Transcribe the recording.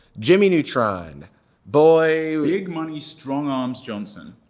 jimmy neutron boy big money, strong arms johnson.